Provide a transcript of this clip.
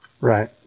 Right